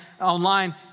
online